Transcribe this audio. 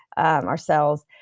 um our cells,